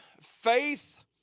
faith